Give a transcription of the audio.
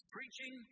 Preaching